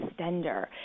extender